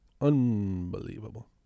Unbelievable